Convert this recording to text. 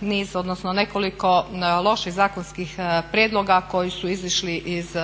niz, odnosno nekoliko loših zakonskih prijedloga koji su izišli iz